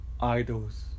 idols